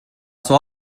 sua